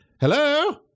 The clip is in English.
hello